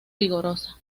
vigorosa